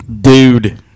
Dude